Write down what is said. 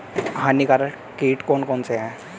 हानिकारक कीट कौन कौन से हैं?